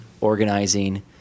organizing